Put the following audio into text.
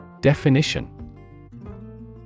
Definition